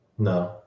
No